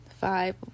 Five